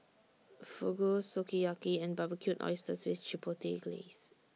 Fugu Sukiyaki and Barbecued Oysters with Chipotle Glaze